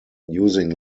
using